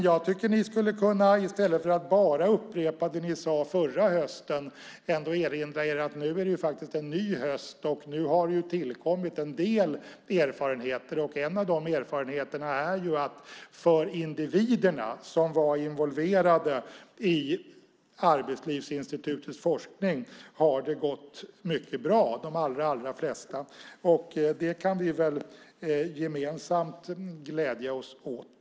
Jag tycker att ni i stället för att bara upprepa det ni sade förra hösten skulle kunna erinra er att det nu är en ny höst och att det har tillkommit en del erfarenheter. En av de erfarenheterna är att det för de allra flesta individer som var involverade i Arbetslivsinstitutets forskning har gått mycket bra. Det kan vi väl gemensamt glädja oss åt.